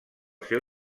seu